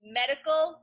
medical